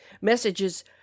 Messages